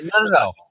no